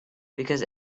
because